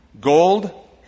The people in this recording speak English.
Gold